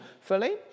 fully